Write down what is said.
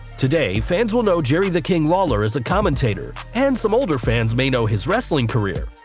today's fans will know jerry the king' lawler as a commentator, and some older fans may know his wrestling career,